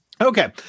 Okay